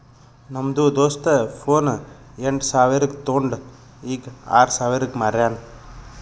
ನಮ್ದು ದೋಸ್ತ ಫೋನ್ ಎಂಟ್ ಸಾವಿರ್ಗ ತೊಂಡು ಈಗ್ ಆರ್ ಸಾವಿರ್ಗ ಮಾರ್ಯಾನ್